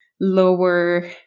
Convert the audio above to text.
lower